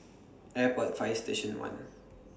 Airport Fire Station one